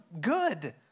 good